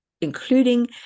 including